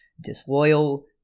disloyal